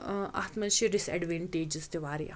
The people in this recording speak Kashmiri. اَتھ منٛز چھِ ڈِس ایٚڈوٮ۪نٹیجِز تہِ واریاہ